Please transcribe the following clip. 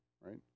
right